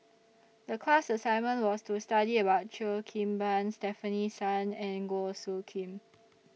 The class assignment was to study about Cheo Kim Ban Stefanie Sun and Goh Soo Khim